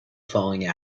falling